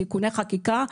תיקוני חקיקה,